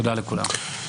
תודה לכולם.